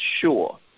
sure